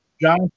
John